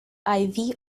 ivy